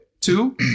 Two